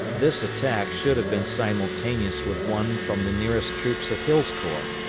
this attack should have been simultaneous with one from the nearest troops of hill's corps,